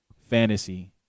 fantasy